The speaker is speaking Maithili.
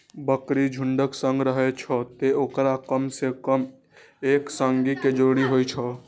बकरी झुंडक संग रहै छै, तें ओकरा कम सं कम एक संगी के जरूरत होइ छै